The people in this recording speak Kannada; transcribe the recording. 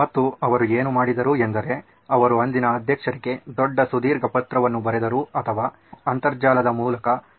ಮತ್ತು ಅವರು ಏನು ಮಾಡಿದರು ಎಂದರೆ ಅವರು ಅಂದಿನ ಅಧ್ಯಕ್ಷರಿಗೆ ದೊಡ್ಡ ಸುದೀರ್ಘ ಪತ್ರವನ್ನು ಬರೆದರು ಅಥವಾ ಅಂತರ್ಜಾಲದ ಮೂಲಕ ಕಲಿಸಿದರು